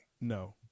No